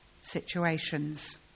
situations